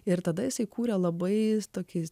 ir tada jis įkūrė labai tokie